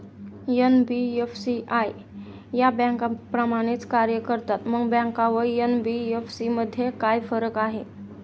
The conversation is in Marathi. एन.बी.एफ.सी या बँकांप्रमाणेच कार्य करतात, मग बँका व एन.बी.एफ.सी मध्ये काय फरक आहे?